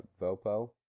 Vopo